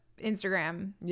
Instagram